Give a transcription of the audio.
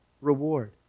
reward